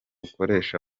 ukoresha